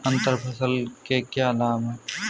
अंतर फसल के क्या लाभ हैं?